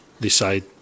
decide